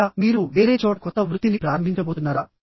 లేదా మీరు వేరే చోట కొత్త వృత్తిని ప్రారంభించబోతున్నారా